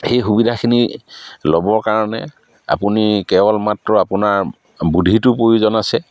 সেই সুবিধাখিনি ল'বৰ কাৰণে আপুনি কেৱল মাত্ৰ আপোনাৰ বুধিটোৰ প্ৰয়োজন আছে